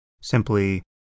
simply